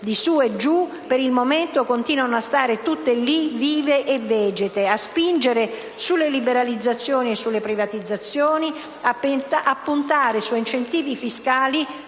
di su e giù, per il momento continuano a stare tutte lì, vive e vegete; occorre spingere sulle liberalizzazioni e sulle privatizzazioni e puntare su incentivi fiscali